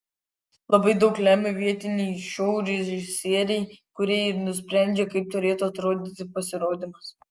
labai daug lemia vietiniai šou režisieriai kurie ir nusprendžia kaip turėtų atrodyti pasirodymas